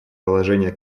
положение